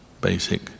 basic